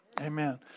Amen